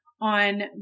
On